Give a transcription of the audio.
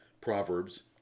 Proverbs